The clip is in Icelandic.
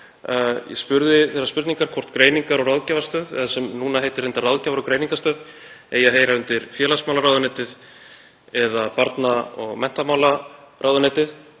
Ég spurði hvort Greiningar- og ráðgjafarstöð, sem nú heitir reyndar Ráðgjafar- og greiningarstöð, eigi að heyra undir félagsmálaráðuneytið eða barna- og menntamálaráðuneytið